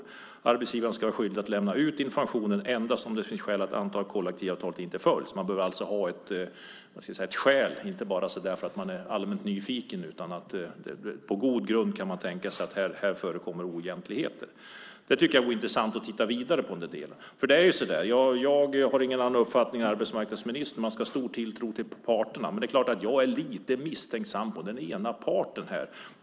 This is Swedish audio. Arbetsgivaren skall emellertid vara skyldig att lämna ut information endast om det finns skälig anledning att anta att gällande kollektivavtal inte följs." Man behöver alltså ha ett skäl. Det går inte att bara vara allmänt nyfiken, utan man ska på god grund misstänka att det förekommer oegentligheter. Det vore intressant att titta vidare på den delen. Jag har ingen annan uppfattning än arbetsmarknadsministern. Man ska ha stor tilltro till parterna. Men det är klart att jag är lite misstänksam mot den ena parten.